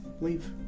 leave